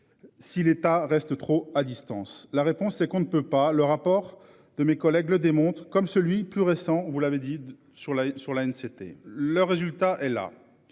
Si l'État reste trop à distance. La réponse c'est qu'on ne peut pas le rapport de mes collègues le démontre comme celui. Tout récent, vous l'avez dit sur la sur la une, c'était le